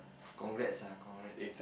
congrats ah congrats